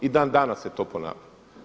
I dan danas se to ponavlja.